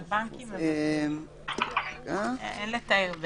אין לתאר,